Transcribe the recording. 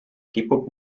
kipub